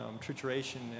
trituration